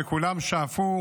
וכולם שאפו